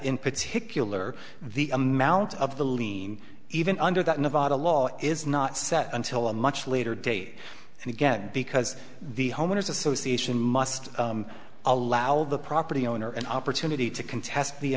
in particular the amount of the lien even under that nevada law is not set until a much later date and again because the homeowners association must allow the property owner an opportunity to contest the